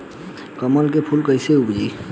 कमल के फूल कईसे उपजी?